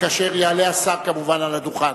כאשר יעלה השר כמובן על הדוכן.